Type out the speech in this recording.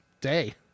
day